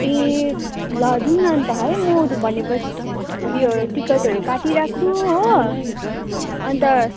ए ल जाउँ न अन्त है म भनेपछि उयो टिकटहरू काटिराख्छु हो अन्त